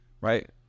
right